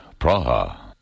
Praha